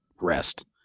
rest